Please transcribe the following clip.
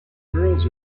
girls